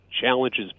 challenges